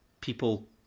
people